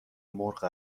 مرغ